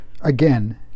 again